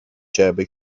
جعبه